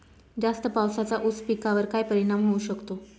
जास्त पावसाचा ऊस पिकावर काय परिणाम होऊ शकतो?